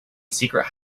secret